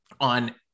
on